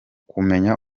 kumenya